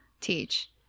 teach